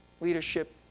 Leadership